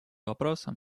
вопросом